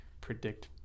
predict